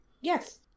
Yes